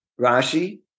Rashi